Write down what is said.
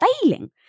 failing